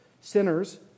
sinners